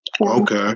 Okay